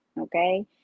Okay